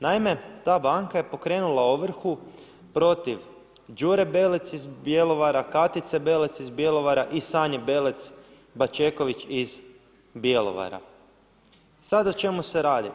Naime ta banka je pokrenula ovrhu protiv Đure Belec iz Bjelovara, Katice Belec iz Bjelovara i Sanje Belec Bačeković iz Bjelovara, sada o čemu se radi.